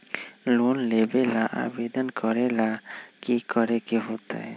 Loan लेबे ला आवेदन करे ला कि करे के होतइ?